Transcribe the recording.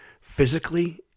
physically